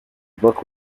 book